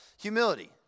Humility